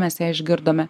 mes ją išgirdome